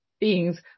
beings